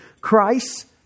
Christ